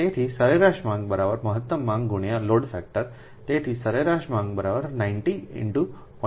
તેથી સરેરાશ માંગ મહત્તમ માંગ લોડ ફેક્ટર તેથી સરેરાશ માંગ 90 0